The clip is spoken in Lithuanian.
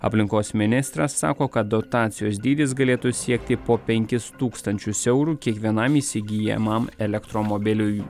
aplinkos ministras sako kad dotacijos dydis galėtų siekti po penkis tūkstančius eurų kiekvienam įsigyjamam elektromobiliui